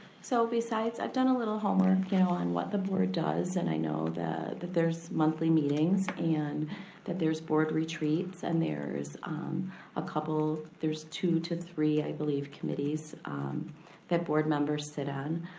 so besides, i've done a little homework you know on what the board does, and i know that that there's monthly meetings, and that there's board retreats, and there's a couple, there's two to three, i believe, committees that board members sit on.